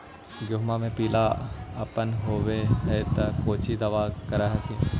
गोहुमा मे पिला अपन होबै ह तो कौची दबा कर हखिन?